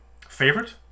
Favorite